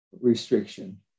Restriction